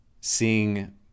seeing